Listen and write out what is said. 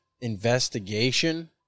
investigation